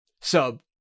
Sub